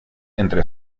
entre